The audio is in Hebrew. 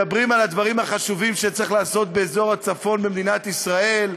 מדברים על הדברים החשובים שצריך לעשות באזור הצפון במדינת ישראל.